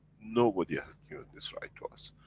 nobody has given this right to us.